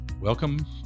welcome